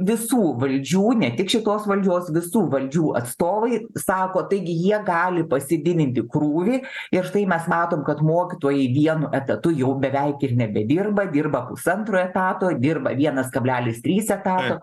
visų valdžių ne tik šitos valdžios visų valdžių atstovai sako taigi jie gali pasididinti krūvį ir štai mes matom kad mokytojai vienu etatu jau beveik ir nebedirba dirba pusantro etato dirba vienas kablelis trys etato